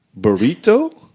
burrito